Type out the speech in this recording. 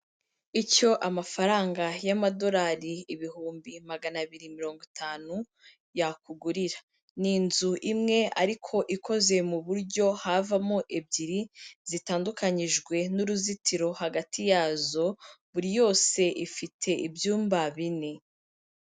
Icyo amafaranga y'amadorari ibihumbi magana abiri mirongo itanu yakugurira, ni inzu imwe ariko ikoze mu buryo havamo ebyiri zitandukanyijwe n'uruzitiro hagati yazo, buri yose ifite ibyumba bine.